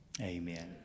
Amen